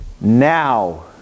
Now